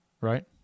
right